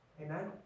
Amen